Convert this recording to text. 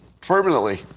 permanently